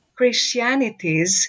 Christianities